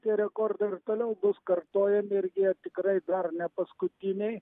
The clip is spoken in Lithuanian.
tie rekordai ir toliau bus kartojami ir jie tikrai dar nepaskutiniai